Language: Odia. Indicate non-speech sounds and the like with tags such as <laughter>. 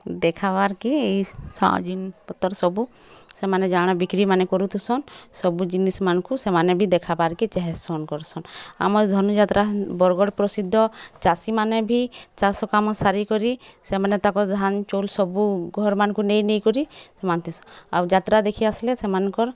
ଦେଖାବାର୍କେ ଇ <unintelligible> ଜିନିଷ୍ ପତର୍ ସବୁ ସେମାନେ ଯାଣା ବିକ୍ରି ମାନେ କରୁଥିସନ୍ ସବୁ ଜିନିଷ୍ମାନ୍ଙ୍କୁ ସେମାନେ ବି ଦେଖାବାର୍ କେ ଚାହେସନ୍ କର୍ସନ୍ ଆମର୍ ଧନୁଯାତ୍ରା ବରଗଡ଼୍ ପ୍ରସିଦ୍ଧ ଚାଷୀମାନେ ଭି ଚାଷ କାମ ସାରିକରି ସେମାନେ ତାଙ୍କର୍ ଧାନ୍ ଚାଉଲ୍ ସବୁ ଘର୍ମାନ୍ଙ୍କୁ ନେଇ ନେଇ କରି ସେମାନେ ଥିସନ୍ ଆଉ ଯାତ୍ରା ଦେଖି ଆସିଲେ ସେମାନ୍ଙ୍କର୍